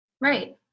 Right